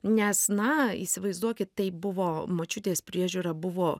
nes na įsivaizduokit tai buvo močiutės priežiūra buvo